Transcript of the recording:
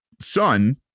son